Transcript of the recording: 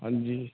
ਹਾਂਜੀ